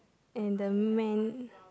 and the man